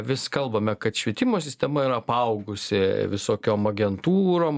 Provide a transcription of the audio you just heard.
vis kalbame kad švietimo sistema yra apaugusi visokiom agentūrom